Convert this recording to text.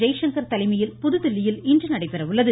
ஜெய்சங்கர் தலைமையில் புதுதில்லியில் இன்று நடைபெறுகிறது